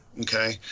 okay